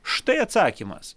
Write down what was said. štai atsakymas